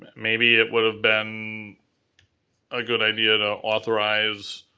maybe it would've been a good idea to authorize